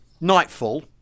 nightfall